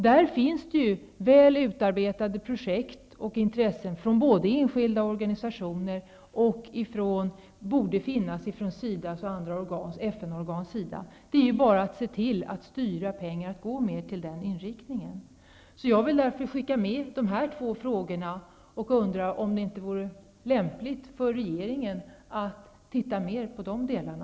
Det finns väl utarbetade projekt och intresse från enskilda organisationer, och det borde också finnas detta från SIDA och FN-organ. Det är bara att se till att styra pengarna så att projekten mer får den inriktningen. Jag vill därför skicka med dessa två frågor. Det vore lämpligt om regeringen tittade mer på de delarna.